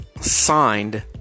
signed